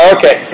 Okay